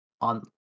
on